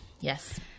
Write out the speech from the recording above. Yes